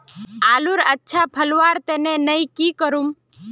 आलूर अच्छा फलवार तने नई की करूम?